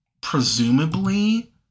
presumably